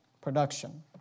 production